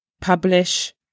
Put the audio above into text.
publish